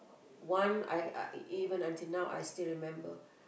one I e~ even until now I still remember